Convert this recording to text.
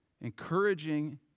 encouraging